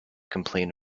complain